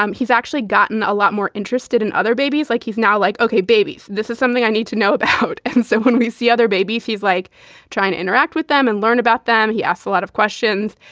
um he's actually gotten a lot more interested in other babies. like he's now like, okay, babies. this is something i need to know about. and so when we see other babies, he's like trying to interact with them and learn about them. yes, a lot of questions.